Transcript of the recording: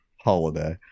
Holiday